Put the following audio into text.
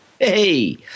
Hey